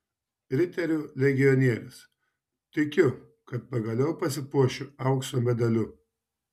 riterių legionierius tikiu kad pagaliau pasipuošiu aukso medaliu